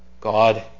God